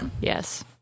Yes